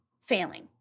Failing